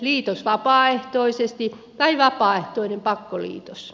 liitos vapaaehtoisesti tai vapaaehtoinen pakkoliitos